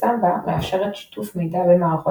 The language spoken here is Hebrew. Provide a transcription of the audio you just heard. ו־Samba מאפשרת שיתוף מידע בין מערכות